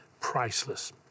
priceless